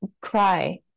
Cry